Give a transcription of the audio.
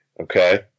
Okay